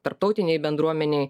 tarptautinei bendruomenei